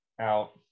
Out